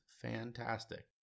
fantastic